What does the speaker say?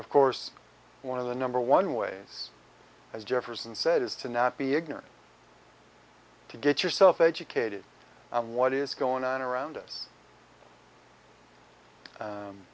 of course one of the number one ways as jefferson said is to not be ignorant to get yourself educated on what is going on around us